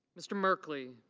mr. markley.